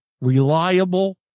reliable